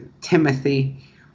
Timothy